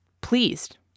pleased